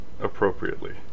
appropriately